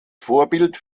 vorbild